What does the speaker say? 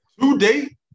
Today